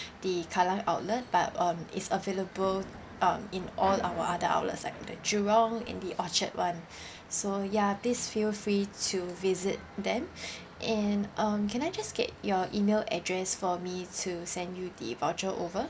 the kallang outlet but um is available um in all our other outlets like the jurong and the orchard one so ya please feel free to visit them and um can I just get your email address for me to send you the voucher over